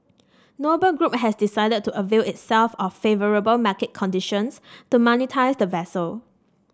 Noble Group has decided to avail itself of favourable market conditions to monetise the vessel